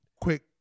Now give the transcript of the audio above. quick